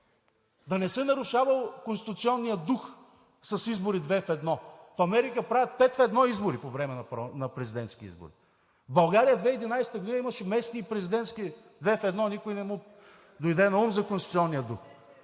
Да не се нарушавал конституционният дух с избори 2 в 1! В Америка правят 5 в 1 избори по време на президентски избори! В България през 2011 г. имаше местни и президентски 2 в 1 – на никого не му дойде наум за конституционния дух!